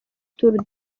tour